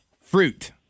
Fruit